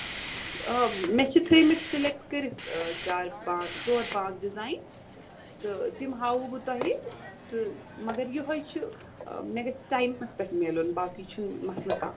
آ مےٚ چھِ تھٲیمٕتۍ سِلٮ۪کٹ کٔرِتھ چار پا ژور پانٛژھ ڈِزایِن تہٕ تِم ہاوَو بہٕ تۄہہِ تہٕ مَگر یِہوٚے چھُ مےٚ گژھِ ٹایمَس پٮ۪ٹھ مِلُن باقٕے چھُنہٕ مَسلہٕ کانہہ